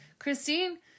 Christine